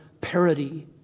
parody